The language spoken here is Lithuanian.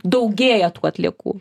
daugėja tų atliekų